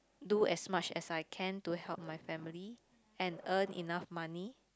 do as much as I can to help my family and earn enough money